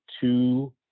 two